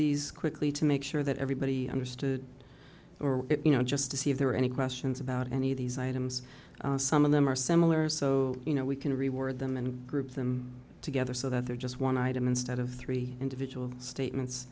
these quickly to make sure that everybody understood or you know just to see if there are any questions about any of these items some of them are similar so you know we can reword them and group them together so that they're just one item instead of three individual statements